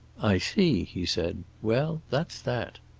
i see, he said. well, that's that.